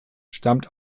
stammt